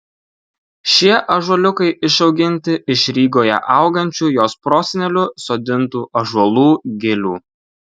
šie ąžuoliukai išauginti iš rygoje augančių jos prosenelių sodintų ąžuolų gilių